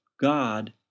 God